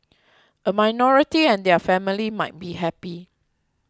a minority and their family might be happy